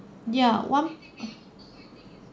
ya one